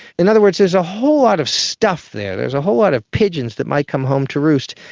in other words, there's a whole lot of stuff there, there's a whole lot of pigeons that might come home to roost.